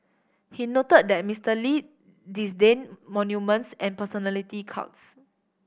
he noted that Mister Lee disdained monuments and personality cults